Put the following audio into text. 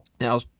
Now